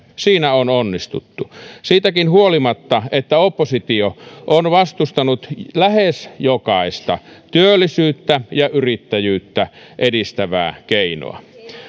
siinä on onnistuttu siitäkin huolimatta että oppositio on vastustanut lähes jokaista työllisyyttä ja yrittäjyyttä edistävää keinoa